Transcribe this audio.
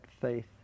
faith